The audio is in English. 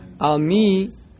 Almi